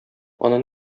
аны